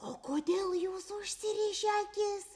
o kodėl jūs užsirišę akis